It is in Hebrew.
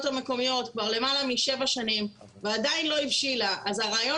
המקומיות כבר למעלה משבע שנים ועדין לא הבשילה אז הרעיון